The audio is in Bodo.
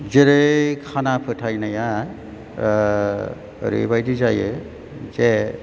जेरै खाना फोथायनाया ओरैबायदि जायो जे